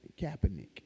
Kaepernick